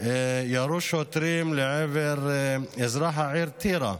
ירו שוטרים לעבר אזרח העיר טירה,